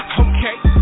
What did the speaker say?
okay